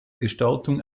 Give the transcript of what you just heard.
gestaltung